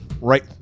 Right